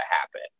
happen